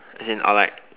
as in or like